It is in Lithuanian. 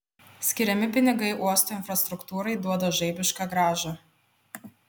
skiriami pinigai uosto infrastruktūrai duoda žaibišką grąžą